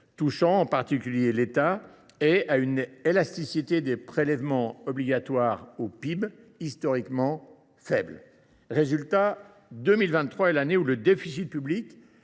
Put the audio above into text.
touchant en particulier l’État, et à une élasticité des prélèvements obligatoires au PIB historiquement faible. Résultat : 2023 est l’année où le déficit public